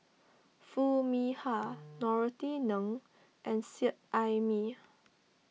Foo Mee Har Norothy Ng and Seet Ai Mee